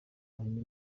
ahimba